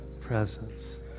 presence